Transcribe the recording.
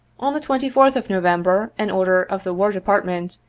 on the twenty fourth of november an order of the war depart ment,